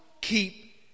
keep